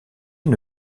une